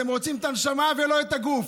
אתם רוצים את הנשמה ולא את הגוף.